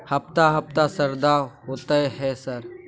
हफ्ता हफ्ता शरदा होतय है सर?